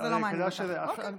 בסדר, זה לא מעניין אותך, אוקיי,